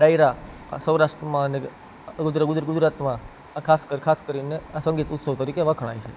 ડાયરા સૌરાષ્ટ્રમાં ગુજરાતમાં ખાસ કરીને આ સંગીત ઉત્સવ તરીકે વખણાય છે